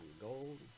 gold